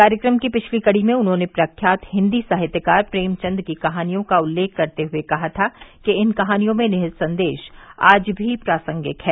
कार्यक्रम की पिछली कड़ी में उन्होंने प्रख्यात हिन्दी साहित्यकार प्रेमचन्द की कहानियों का उल्लेख करते हुए कहा था कि इन कहानियों में निहित संदेश आज भी प्रासंगिक है